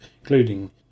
including